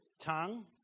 tongue